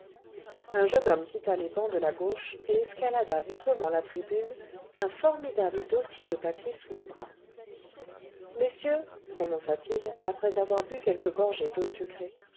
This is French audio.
un jeune homme quitta les bancs de la gauche et escalada vivement la tribune un formidable dossier de papiers sous le bras ce messieurs prononça-t-il après avoir bu quelques gorgées d'eau sucrée